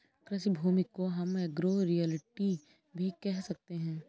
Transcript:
कृषि भूमि को हम एग्रो रियल्टी भी कह सकते है